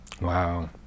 Wow